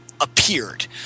Appeared